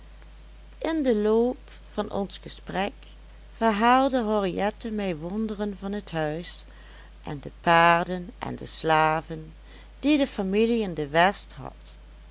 in den loop van ons gesprek verhaalde henriette mij wonderen van het huis en de paarden en de slaven die de familie in de west had